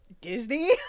disney